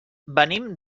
venim